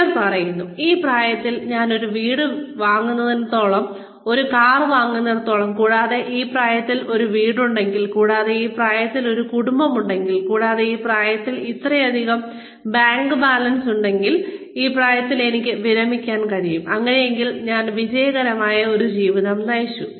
ചിലർ പറയുന്നു ഈ പ്രായത്തിൽ ഞാൻ ഒരു വീട് വാങ്ങുന്നിടത്തോളം ഒരു കാർ വാങ്ങുന്നിടത്തോളം കൂടാതെ ഈ പ്രായത്തിൽ ഒരു വീടുണ്ടെങ്കിൽ കൂടാതെ ഈ പ്രായത്തിൽ ഒരു കുടുംബം ഉണ്ടെങ്കിൽ കൂടാതെ ഈ പ്രായത്തിൽ ഇത്രയധികം ബാങ്ക് ബാലൻസ് ഉണ്ടെങ്കിൽ കൂടാതെ ഈ പ്രായത്തിൽ എനിക്ക് വിരമിക്കാൻ കഴിയും അങ്ങനെയെങ്കിൽ ഞാൻ വിജയകരമായ ഒരു ജീവിതം നയിച്ചു